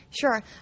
Sure